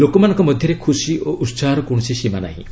ଲୋକମାନଙ୍କ ମଧ୍ୟରେ ଖୁସି ଓ ଉତ୍କାହର କୌଣସି ସୀମା ନାହିଁ